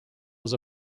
was